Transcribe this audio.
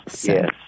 yes